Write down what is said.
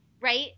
right